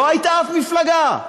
לא הייתה אף מפלגה.